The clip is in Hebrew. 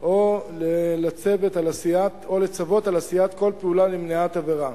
או לצוות על עשיית כל פעולה למניעת עבירה.